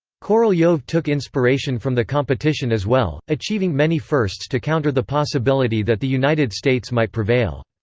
korolev took inspiration from the competition as well, achieving many firsts to counter the possibility that the united states might prevail.